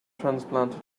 transplanted